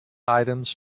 items